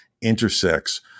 intersects